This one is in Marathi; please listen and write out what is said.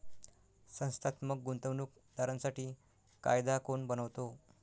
संस्थात्मक गुंतवणूक दारांसाठी कायदा कोण बनवतो?